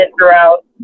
throughout